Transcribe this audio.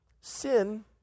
sin